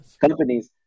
companies